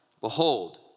behold